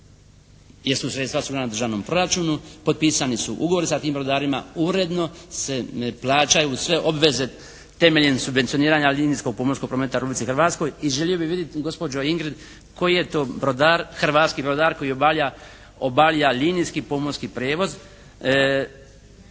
jer su sredstva su na državnom proračunu, potpisani su ugovori sa tim brodarima, uredno se ne plaćaju sve obveze temeljem subvencioniranja linijskog pomorskog prometa u Republici Hrvatskoj i želio bih vidjeti gospođo Ingrid koji je to brodar, hrvatski brodar koji obavlja linijski pomorski prijevoz